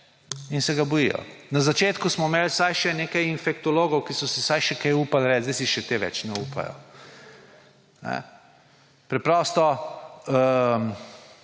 in se ga bojijo. Na začetku smo imeli vsaj še nekaj infektologov, ki so si vsaj še kaj upali reči, sedaj si še ti več ne upajo. Preprosto